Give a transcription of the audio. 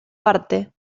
parte